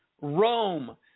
Rome